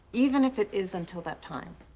even if it is until that time.